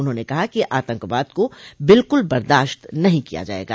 उन्होंने कहा कि आतंकवाद को बिल्कूल बदाश्त नहीं किया जायेगा